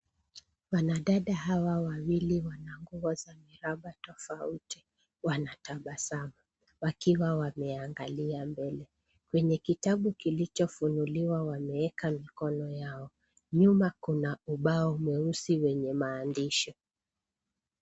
Wanadada hawa wawili wana nguo za miraba tofauti. Wanatabasamu wakiwa wameangalia mbele. Kwenye kitabu kilichofunuliwa wameeka mikono yao. Nyuma kuna ubao mweusi wenye maandishi.